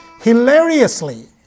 Hilariously